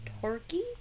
turkey